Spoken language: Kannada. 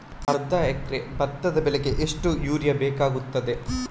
ಅರ್ಧ ಎಕರೆ ಭತ್ತ ಬೆಳೆಗೆ ಎಷ್ಟು ಯೂರಿಯಾ ಬೇಕಾಗುತ್ತದೆ?